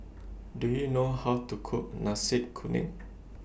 Do YOU know How to Cook Nasi Kuning